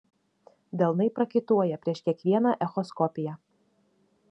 delnai prakaituoja prieš kiekvieną echoskopiją